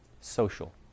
social